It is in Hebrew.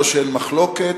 לא שאין מחלוקת,